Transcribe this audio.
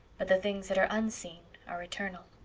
but the things that are unseen are eternal.